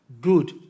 Good